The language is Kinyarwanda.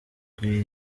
kw’abana